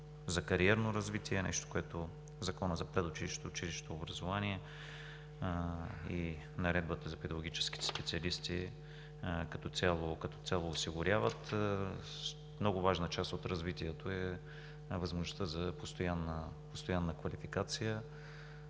за кариерно развитие – нещо, което Законът за предучилищното и училищното образование и Наредбата за педагогическите специалисти като цяло осигуряват. Много важна част от развитието е възможността за постоянна квалификация.